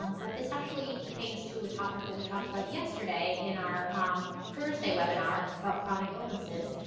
um but this actually pertains to a topic that we talked about yesterday, in our thursday webinar, about chronic illnesses.